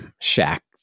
shack